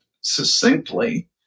succinctly